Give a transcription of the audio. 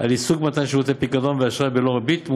על עיסוק במתן שירותי פיקדון ואשראי בלא ריבית.